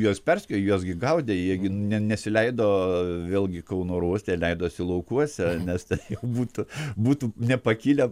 juos perspėjo juos gi gaudė jie ne nesileido vėlgi kauno oro uoste leidosi laukuose nes ten jau būtų būtų nepakilę